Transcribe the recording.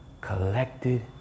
collected